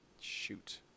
Shoot